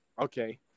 okay